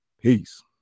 peace